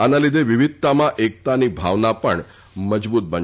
આના લીધે વિવિધતામાં એકતાની ભાવના પણ મજબૂત બનશે